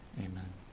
Amen